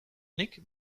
nik